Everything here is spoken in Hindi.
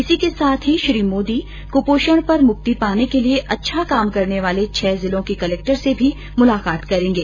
इसी के साथ ही श्री मोदी कपोषण पर मुक्ति पाने के लिए अच्छा काम करने वाले छह जिलों के कलेक्टर से भी मुलाकात करेंगे